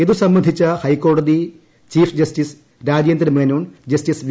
ഇതു സംബന്ധിച്ച് ഹൈക്കോടതി chief justice Rajendra Menon justice V